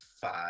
five